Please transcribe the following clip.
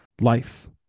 life